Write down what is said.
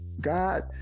God